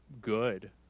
good